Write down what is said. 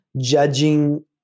judging